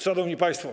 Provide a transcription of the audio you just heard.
Szanowni Państwo!